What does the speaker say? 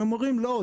הם אומרים: לא,